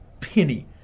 penny